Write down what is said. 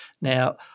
Now